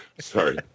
Sorry